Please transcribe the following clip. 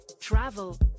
travel